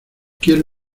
quiero